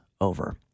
over